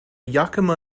yakima